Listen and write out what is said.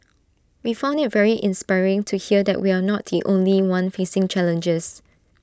we found IT very inspiring to hear that we are not the only one facing challenges